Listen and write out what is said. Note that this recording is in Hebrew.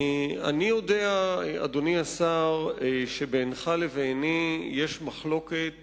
אני יודע, אדוני השר, שבינך לביני יש מחלוקת